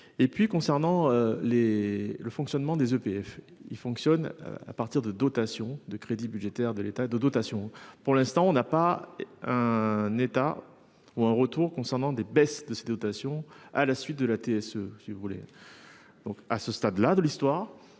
Et puis concernant les le fonctionnement des EPF il fonctionne à partir de dotation de crédits budgétaires de l'État de dotation pour l'instant on n'a pas un État ou un retour concernant des baisses de ces dotations à la suite de la TSE, si vous voulez. Donc à ce stade là de l'histoire,